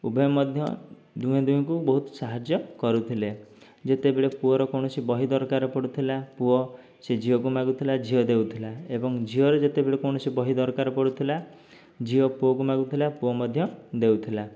ଉଭୟେ ମଧ୍ୟ ଦୁହେଁ ଦୁହିଁଙ୍କୁ ବହୁତ ସାହାଯ୍ୟ କରୁଥିଲେ ଯେତେବେଳେ ପୁଅର କୌଣସି ବହି ଦରକାର ପଡ଼ୁଥିଲା ପୁଅ ସେ ଝିଅକୁ ମାଗୁଥିଲା ଝିଅ ଦେଉଥିଲା ଏବଂ ଝିଅର ଯେତେବେଳେ କୌଣସି ବହି ଦରକାର ପଡ଼ୁଥିଲା ଝିଅ ପୁଅକୁ ମାଗୁଥିଲା ପୁଅ ମଧ୍ୟ ଦେଉଥିଲା